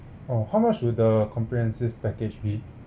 oh how much will the comprehensive package be